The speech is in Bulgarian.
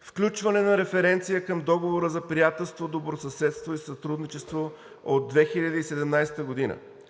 „Включване на референция към Договора за приятелство, добросъседство и сътрудничество от 2017 г.